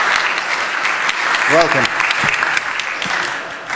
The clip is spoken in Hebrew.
(מחיאות כפיים)